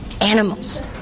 animals